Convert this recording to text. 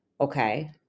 okay